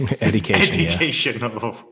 Education